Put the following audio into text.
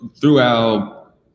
throughout